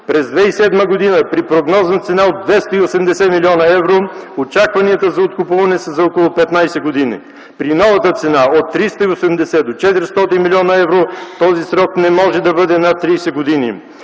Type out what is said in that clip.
През 2007 г. при прогнозна цена от 280 млн. евро очакванията за откупуване са за около 15 години. При новата цена от 380 до 400 млн. евро този срок не може да бъде над 30 години.